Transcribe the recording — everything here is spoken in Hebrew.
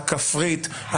הכפרית,